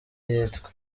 yitwa